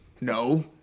No